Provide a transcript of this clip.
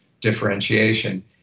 differentiation